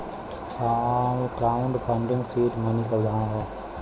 crowd funding seed money क उदाहरण हौ